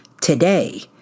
Today